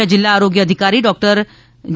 મુખ્ય જિલ્લા આરોગ્ય અધિકારી ડોક્ટર જે